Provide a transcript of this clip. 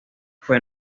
fue